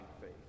faith